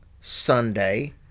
Sunday